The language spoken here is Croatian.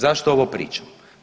Zašto ovo pričam?